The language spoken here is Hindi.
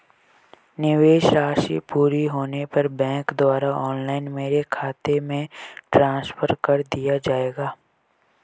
निवेश राशि पूरी होने पर बैंक द्वारा ऑनलाइन मेरे खाते में ट्रांसफर कर दिया जाएगा?